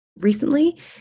recently